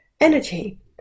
energy